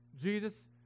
Jesus